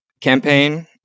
campaign